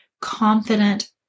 confident